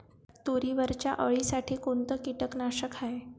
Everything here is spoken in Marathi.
तुरीवरच्या अळीसाठी कोनतं कीटकनाशक हाये?